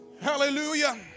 Hallelujah